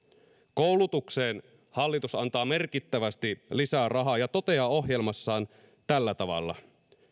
koulutukseen hallitus antaa merkittävästi lisää rahaa ja toteaa ohjelmassaan tällä tavalla